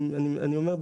אני אומר,